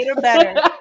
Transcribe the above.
better